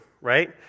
Right